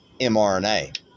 mRNA